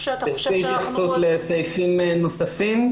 תרצי התייחסות לנושאים נוספים?